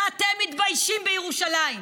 ואתם מתביישים בירושלים,